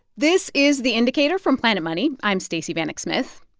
this is the indicator from planet money. i'm stacey vanek smith.